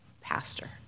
pastor